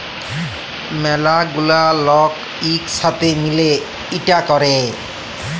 ম্যালা গুলা লক ইক সাথে মিলে ইটা ক্যরে